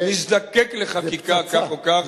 ונזדקק לחקיקה, כך או כך.